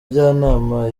njyanama